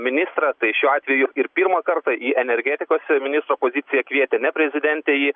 ministrą tai šiuo atveju pirmą kartą į energetikos ministro poziciją kvietė ne prezidentė jį